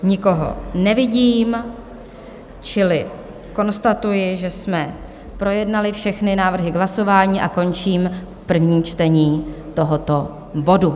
Nikoho nevidím čili konstatuji, že jsme projednali všechny návrhy k hlasování, a končím první čtení tohoto bodu.